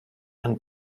and